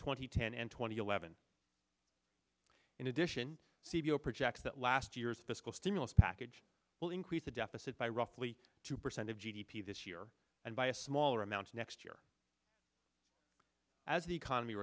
twenty ten and twenty eleven in addition cvo projects that last year's fiscal stimulus package will increase the deficit by roughly two percent of g d p this year and by a smaller amounts next year as the economy